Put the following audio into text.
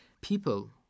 people